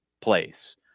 place